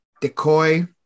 Decoy